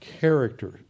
character